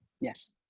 Yes